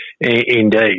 Indeed